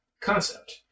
concept